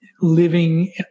Living